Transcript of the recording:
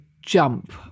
jump